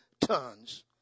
tons